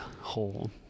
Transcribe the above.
hole